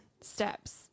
steps